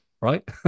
right